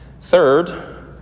Third